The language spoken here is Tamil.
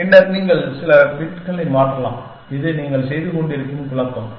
பின்னர் நீங்கள் சில பிட்களை மாற்றலாம் இது நீங்கள் செய்துகொண்டிருக்கும் குழப்பம்